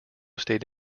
stayed